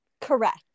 Correct